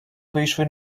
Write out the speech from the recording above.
вийшли